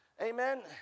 amen